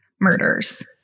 murders